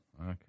Okay